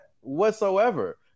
whatsoever